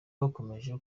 bakomeje